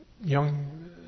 young